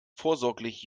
vorsorglich